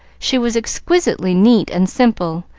she was exquisitely neat and simple,